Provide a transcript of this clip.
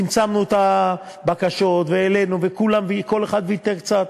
צמצמנו את הבקשות, והעלינו, וכל אחד ויתר קצת,